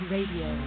Radio